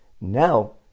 Now